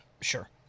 Sure